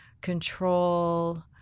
control